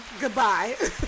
Goodbye